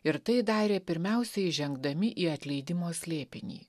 ir tai darė pirmiausia įžengdami į atleidimo slėpinį